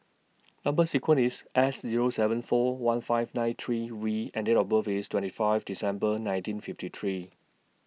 Number sequence IS S Zero seven four one five nine three V and Date of birth IS twenty five December nineteen fifty three